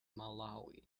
malawi